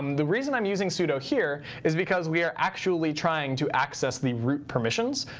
the reason i'm using sudo here is because we are actually trying to access the root permissions.